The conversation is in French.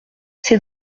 c’est